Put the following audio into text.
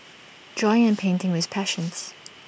drawing and painting were his passions